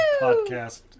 podcast